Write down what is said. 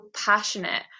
passionate